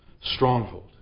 stronghold